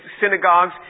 synagogues